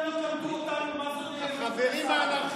בבקשה, גברתי.